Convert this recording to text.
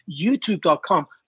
youtube.com